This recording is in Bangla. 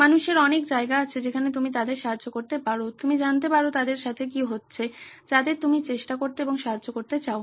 মানুষের অনেক জায়গা আছে যেখানে তুমি তাদের সাহায্য করতে পারো তুমি জানতে পারো তাদের সাথে কি হচ্ছে যাদের তুমি চেষ্টা করতে এবং সাহায্য করতে চাও